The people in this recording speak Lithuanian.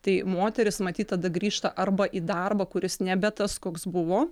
tai moteris matyt tada grįžta arba į darbą kuris nebe tas koks buvo